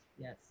Yes